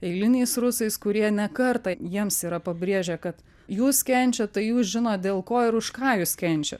eiliniais rusais kurie ne kartą jiems yra pabrėžę kad jūs kenčiat tai jūs žinot dėl ko ir už ką jūs kenčia